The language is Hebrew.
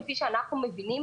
כפי שאנחנו מבינים,